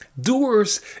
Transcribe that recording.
Doers